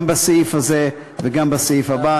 גם בסעיף הזה וגם בסעיף הבא,